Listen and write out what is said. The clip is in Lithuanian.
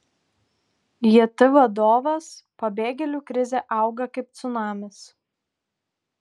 jt vadovas pabėgėlių krizė auga kaip cunamis